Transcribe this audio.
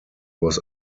was